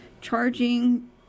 charging